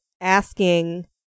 asking